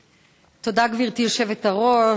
תודה, גברתי היושבת-ראש.